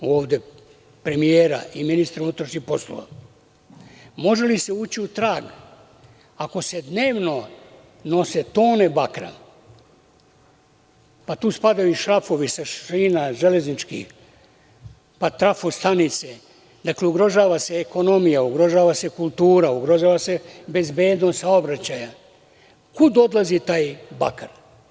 Pitao sam ovde premijera i ministra unutrašnjih poslova – može li se ući u trag ako se dnevno nose tone bakra, a tu spadaju i šrafovi sa železničkih šina, trafo stanice, dakle, ugrožava se ekonomija, ugrožava se kultura, bezbednost saobraćaja – kud odlazi taj bakar?